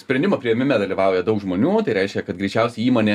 sprendimų priėmime dalyvauja daug žmonių tai reiškia kad greičiausiai įmonė